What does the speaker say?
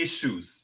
issues